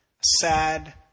sad